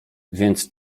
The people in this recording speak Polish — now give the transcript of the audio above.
więc